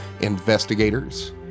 investigators